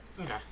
Okay